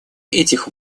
этих